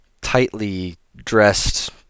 tightly-dressed